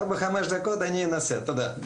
תודה.